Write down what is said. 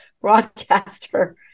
broadcaster